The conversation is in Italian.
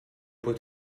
puoi